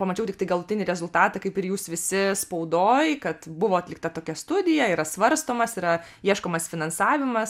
pamačiau tiktai galutinį rezultatą kaip ir jūs visi spaudoj kad buvo atlikta tokia studija yra svarstomas yra ieškomas finansavimas